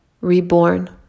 reborn